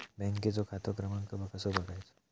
बँकेचो खाते क्रमांक कसो बगायचो?